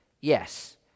Yes